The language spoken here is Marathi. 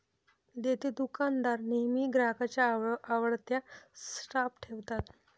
देतेदुकानदार नेहमी ग्राहकांच्या आवडत्या स्टॉप ठेवतात